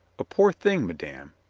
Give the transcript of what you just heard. a poor thing, madame,